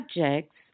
subjects